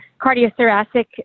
cardiothoracic